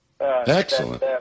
Excellent